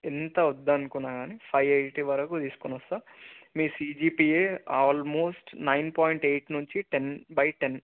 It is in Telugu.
ఎంత వద్దనుకున్నా కానీ ఫైవ్ ఎయిటీ వరకు తీసుకొని వస్తాను మీ CGPA almost nine point eight నుంచి టెన్ బై టెన్